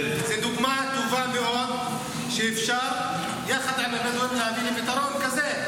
זו דוגמה טובה מאוד שאפשר יחד עם הבדואים להביא לפתרון כזה.